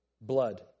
Blood